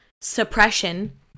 suppression